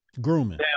grooming